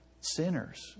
sinners